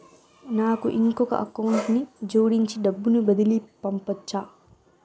నాకు ఇంకొక అకౌంట్ ని జోడించి డబ్బును బదిలీ పంపొచ్చా?